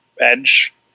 Edge